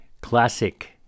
Classic